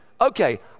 Okay